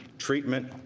treatment,